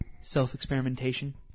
Self-experimentation